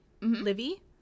Livy